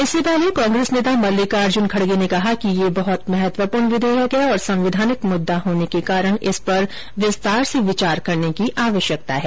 इससे पहले कांग्रेस नेता मल्लिकार्जुन खड़गे ने कहा कि यह बहुत महत्वपूर्ण विधेयक है और संवैधानिक मुद्दा होने के कारण इस पर विस्तार से विचार करने की आवश्यकता है